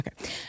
Okay